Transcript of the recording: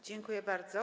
Dziękuję bardzo.